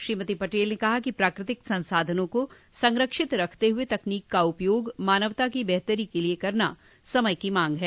श्रीमती पटेल ने कहा कि प्राकृतिक संसाधनों को संरक्षित रखते हुए तकनीकी का उपयोग मानवता की बेहतरी के लिये करना समय की मांग है